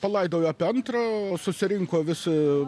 palaidojo apie antrą susirinko visi